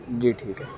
جی ٹھیک ہے